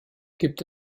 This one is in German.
gibt